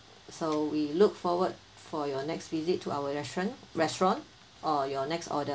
so we look forward for your next visit to our restaurant restaurant or your next order